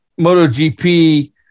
MotoGP